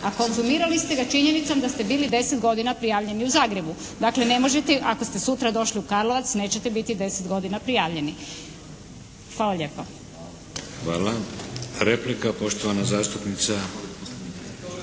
a konzumirali ste ga činjenicom da ste bili deset godina prijavljeni u Zagrebu. Dakle, ne možete ako ste sutra došli u Karlovac nećete biti deset godina prijavljeni. Hvala lijepo. **Šeks, Vladimir (HDZ)** Hvala. Replika. Poštovana zastupnica…